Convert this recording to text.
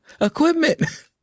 Equipment